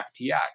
FTX